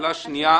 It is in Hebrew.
השאלה השנייה